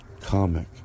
comic